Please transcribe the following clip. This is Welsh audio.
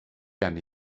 gen